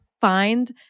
find